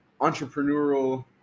entrepreneurial